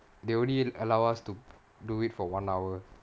they only allow us to do it for one hour